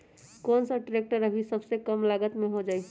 कौन सा ट्रैक्टर अभी सबसे कम लागत में हो जाइ?